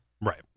right